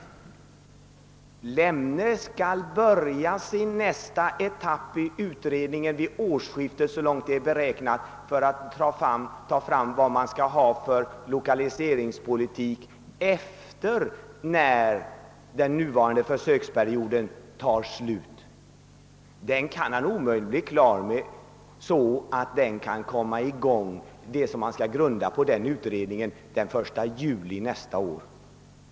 Landshövding Lemne skall enligt vad som är beräknat börja nästa etapp av utredningen vid årsskiftet för att komma fram till vilken lokaliseringspolitik som skall föras sedan den nuvarande försöksperioden gått ut. Det finns ingen möjlighet för honom att bli färdig med detta arbete så att resultatet kan läggas till grund för något som skall komma i gång den 1 juli nästa år.